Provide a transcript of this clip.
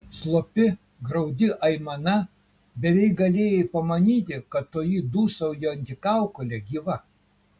slopi graudi aimana beveik galėjai pamanyti kad toji dūsaujanti kaukolė gyva